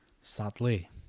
sadly